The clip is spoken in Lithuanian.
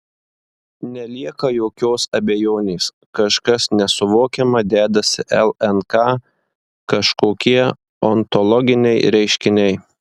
nelieka jokios abejonės kažkas nesuvokiama dedasi lnk kažkokie ontologiniai reiškiniai